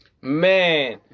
Man